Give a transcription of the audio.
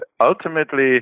ultimately